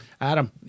Adam